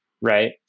right